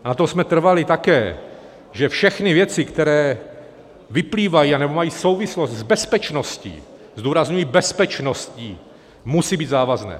Na tom jsme trvali také, že všechny věci, které vyplývají nebo mají souvislost s bezpečností, zdůrazňuji bezpečností, musí být závazné.